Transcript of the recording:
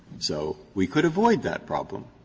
so we could avoid that problem.